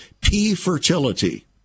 P-fertility